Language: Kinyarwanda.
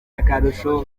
akarusho